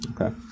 Okay